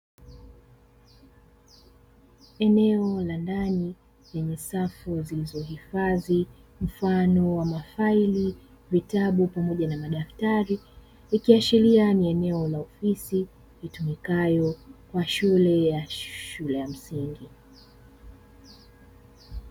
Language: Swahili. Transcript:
Eneo la ndani lenye safu zilizohifadhi mfano wa mafaili, vitabu pamoja na madaftari, ikiashiria ni eneo la ofisi litumikalo kwa shule ya msingi.